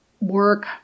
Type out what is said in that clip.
work